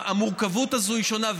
המורכבות הזאת שונה.